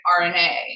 RNA